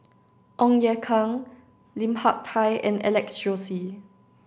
Ong Ye Kung Lim Hak Tai and Alex Josey